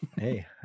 Hey